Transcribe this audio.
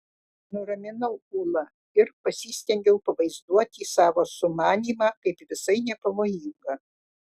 nuraminau ulą ir pasistengiau pavaizduoti savo sumanymą kaip visai nepavojingą